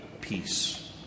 peace